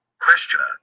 Questioner